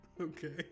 okay